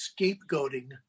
scapegoating